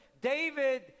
David